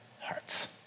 hearts